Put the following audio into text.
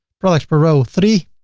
products per row three.